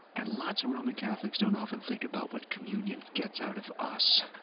and lots of roman catholics don't often think about what communion gets out of us,